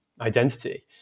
identity